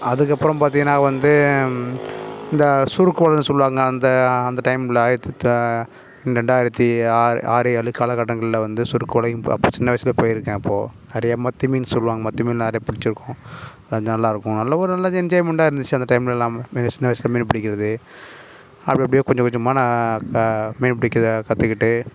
அதுக்கப்புறோம் பார்த்திங்கனா வந்து இந்த சுருக்கு வலைனு சொல்லுவாங்க அந்த அந்த டைமில் ஆயிரத்தி ரெண்டாயிரத்தி ஆறு ஆறு ஏழு காலக்கட்டங்களில் வந்து சுருக்கு வலையும் இப்போ அப்போ சின்ன வயசுலே போயிருக்கேன் அப்போ நிறைய மத்தி மீன் சொல்லுவாங்க மத்தி மீன் நிறைய பிடிச்சிருக்கோம் அது நல்லாயிருக்கும் நல்ல ஒரு நல்ல என்ஜாய்மென்ட்டாக இருந்துச்சு அந்த டைமில் எல்லாம் சின்ன வயதில் மீன் பிடிக்கிறது அது அப்படி கொஞ்சம் கொஞ்சமாக நான் மீன் பிடிக்க கற்றுக்கிட்டு